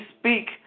speak